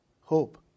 hope